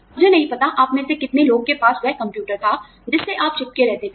मुझे नहीं पता आप में से कितने लोगों के पास वह कंप्यूटर था जिससे आप चिपके रहते थे